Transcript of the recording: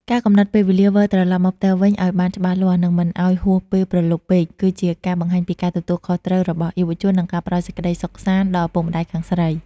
ការកំណត់ពេលវេលាវិលត្រឡប់មកផ្ទះវិញឱ្យបានច្បាស់លាស់ និងមិនឱ្យហួសពេលព្រលប់ពេក គឺជាការបង្ហាញពីការទទួលខុសត្រូវរបស់យុវជន និងការផ្ដល់សេចក្ដីសុខសាន្តដល់ឪពុកម្ដាយខាងស្រី។